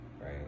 right